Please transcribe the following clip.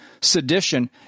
sedition